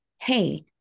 hey